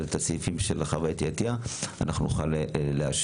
את הסעיפים של חוה אתי עטיה נוכל לאשר.